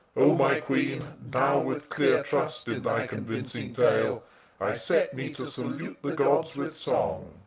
o my queen now with clear trust in thy convincing tale i set me to salute the gods with song,